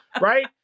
right